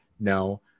No